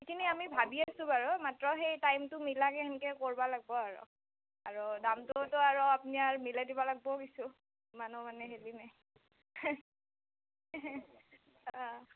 সেইখিনি আমি ভাবি আছোঁ বাৰু মাত্ৰ সেই টাইমটো মিলাকে সেনকে কৰবা লাগ্ব আৰু আৰু দামটোটো আপ্নি মিলাই দিব লাগ্ব কিছু মানুহ মানে হেৰি নাই